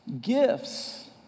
gifts